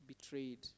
Betrayed